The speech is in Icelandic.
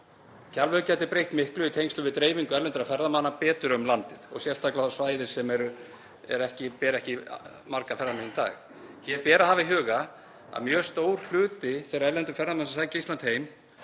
Kjalvegur gæti breytt miklu í tengslum við dreifingu erlendra ferðamanna betur um landið og sérstaklega á svæði sem ber ekki marga ferðamenn í dag. Hér ber að hafa í huga að mjög stór hluti þeirra erlendu ferðamanna sem sækja Ísland heim